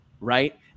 right